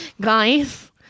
guys